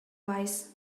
wise